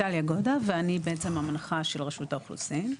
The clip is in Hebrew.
אני בעצם המנחה של רשות האוכלוסין.